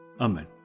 Amen